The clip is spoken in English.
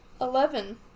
Eleven